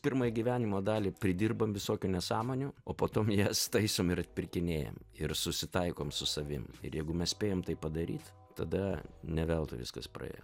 pirmąjį gyvenimo dalį pridirbam visokių nesąmonių o po to jas taisom ir pirkinėjam ir susitaikom su savim ir jeigu mes spėjam tai padaryt tada ne veltui viskas praėjo